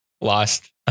lost